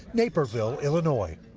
naperville, illinois.